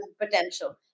potential